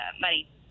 money